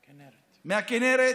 מהכינרת,